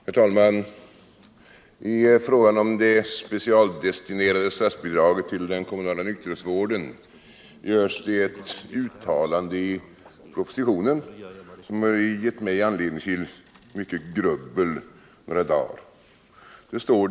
Herr talman! I fråga om det specialdestinerade statsbidraget till den kommunala nykterhetsvården görs i propositionen ett uttalande som har givit mig anledning till mycket grubbel under några dagar.